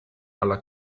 alla